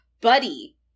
buddy